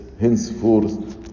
henceforth